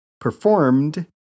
performed